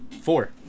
four